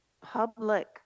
public